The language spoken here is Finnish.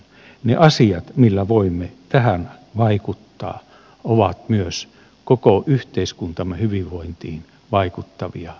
ne asiat millä voimme tähän vaikuttaa ovat myös koko yhteiskuntamme hyvinvointiin vaikuttavia asioita